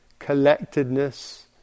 collectedness